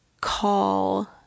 call